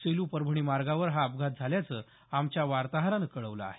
सेलू परभणी मार्गावर हा अपघात झाल्याचं आमच्या वार्ताहरानं कळवलं आहे